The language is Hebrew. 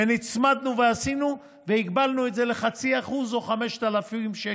נצמדנו ועשינו והגבלנו את זה ל-0.5% או 5,000 שקלים,